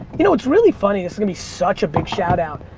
you know, it's really funny. this is gonna be such a big shout out.